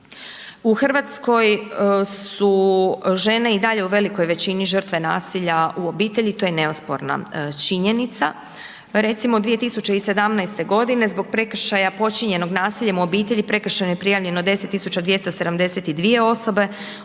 u RH su žene i dalje u velikoj većini žrtve nasilja u obitelji, to je neosporna činjenica, pa recimo 2017.g. zbog prekršaja počinjenog nasiljem u obitelji prekršajno je prijavljeno 10272 osobe,